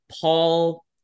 Paul